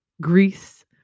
Greece